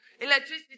Electricity